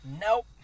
nope